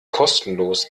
kostenlos